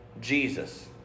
Jesus